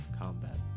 combat